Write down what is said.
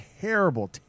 terrible